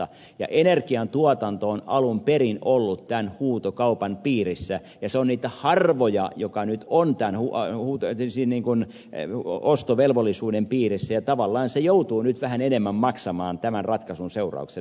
energiantuotanto on alun perin ollut tämän huutokaupan piirissä ja se on niitä harvoja aloja jotka nyt on tanhuan uuteen riisiin inkun ovat tämän ostovelvollisuuden piirissä ja tavallaan se joutuu nyt vähän enemmän maksamaan tämän ratkaisun seurauksena